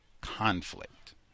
conflict